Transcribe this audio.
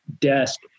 desk